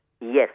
yes